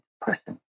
person